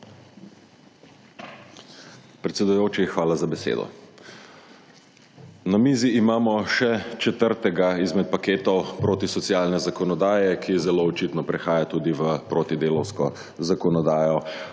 Predsedujoči, hvala za besedo. Na mizi imamo še četrtega izmed paketov protisocialne zakonodaje, ki zelo očitno prehaja tudi v protidelavsko zakonodajo,